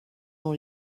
dans